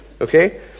okay